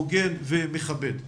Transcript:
הוגן ומכבד.